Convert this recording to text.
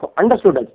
understood